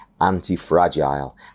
anti-fragile